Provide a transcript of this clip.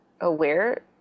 aware